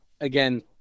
again